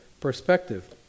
perspective